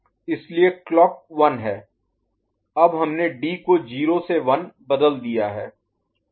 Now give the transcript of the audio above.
इसलिए क्लॉक 1 है अब हमने डी को 0 से 1 बदल दिया है